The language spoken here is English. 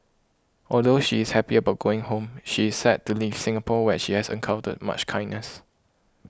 although she is happy about going home she is sad to leave Singapore where she has encountered much kindness